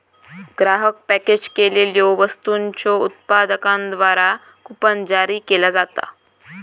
ग्राहक पॅकेज केलेल्यो वस्तूंच्यो उत्पादकांद्वारा कूपन जारी केला जाता